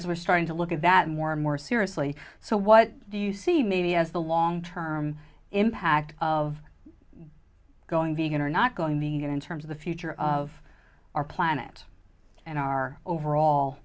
s we're starting to look at that more and more seriously so what do you see maybe as the long term impact of going in are not going anywhere in terms of the future of our planet and our overall